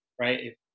Right